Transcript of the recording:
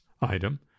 item